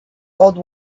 old